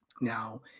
Now